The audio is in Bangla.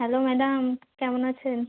হ্যালো ম্যাডাম কেমন আছেন